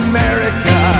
America